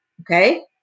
Okay